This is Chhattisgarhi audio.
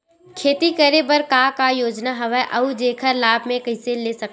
खेती करे बर का का योजना हवय अउ जेखर लाभ मैं कइसे ले सकत हव?